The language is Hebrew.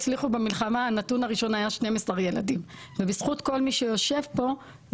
המצלמות עצמן עוזרות לבוא,